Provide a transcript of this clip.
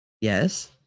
Yes